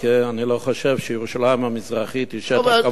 אני לא חושב שירושלים המזרחית היא שטח כבוש.